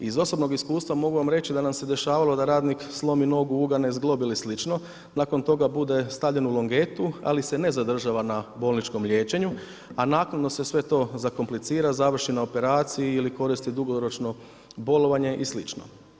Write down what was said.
Iz osobnog iskustva mogu vam reći da nam se dešavalo da radnik slomi novu, ugane zglob ili slično, nakon toga bude stavljen u longetu ali se ne zadržava na bolničkom liječenu, a naknadno se sve to zakomplicira, završi na operaciji ili koristi dugoročno bolovanje ili slično.